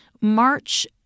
March